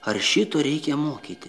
ar šito reikia mokyti